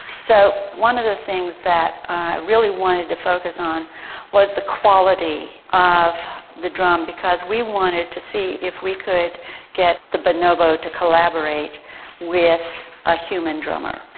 so one of the things that i really wanted to focus on was the quality of the drum, because we wanted to see if we could get the bonobo to collaborate with a human drummer.